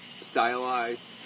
stylized